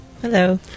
Hello